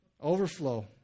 Overflow